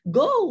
go